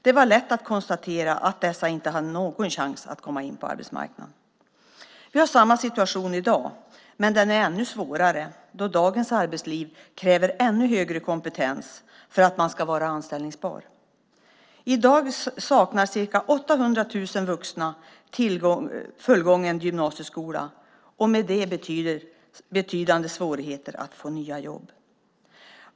Det var lätt att konstatera att dessa inte hade någon chans att komma in på arbetsmarknaden. Vi har samma situation i dag, men den är ännu svårare då dagens arbetsliv kräver ännu högre kompetens för att man ska vara anställningsbar. I dag saknar ca 800 000 vuxna fullgången gymnasieskola och har därför betydande svårigheter att få nya jobb.